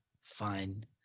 fine